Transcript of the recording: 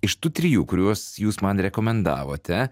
iš tų trijų kuriuos jūs man rekomendavote